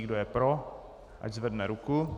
Kdo je pro, ať zvedne ruku.